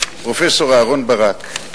פרופסור אהרן ברק,